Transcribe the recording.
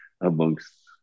amongst